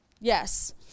Yes